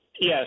Yes